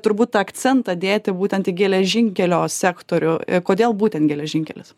turbūt tą akcentą dėti būtent į geležinkelio sektorių kodėl būten geležinkelis